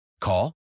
Call